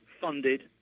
funded